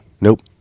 Nope